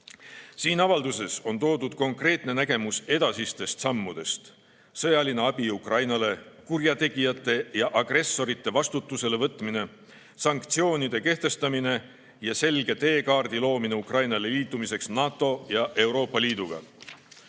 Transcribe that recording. Siin avalduses on toodud konkreetne nägemus edasistest sammudest: sõjaline abi Ukrainale, kurjategijate ja agressorite vastutusele võtmine, sanktsioonide kehtestamine ja selge teekaardi loomine Ukrainale liitumiseks NATO ja Euroopa Liiduga.